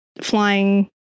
flying